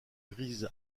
grise